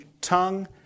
tongue